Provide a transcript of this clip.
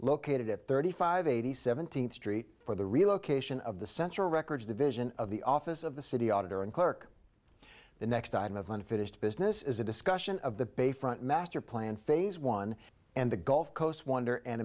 located at thirty five eighty seventeenth street for the relocation of the central records division of the office of the city auditor and clerk the next item of unfinished business is a discussion of the bayfront master plan phase one and the gulf coast wonder and